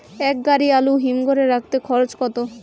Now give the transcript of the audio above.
এক গাড়ি আলু হিমঘরে রাখতে খরচ কত?